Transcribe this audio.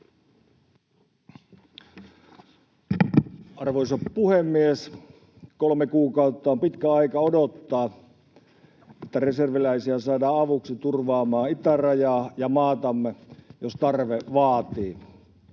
Arvoisa puhemies! Kolme kuukautta on pitkä aika odottaa, että reserviläisiä saadaan avuksi turvaamaan itärajaa ja maatamme, jos tarve vaatii.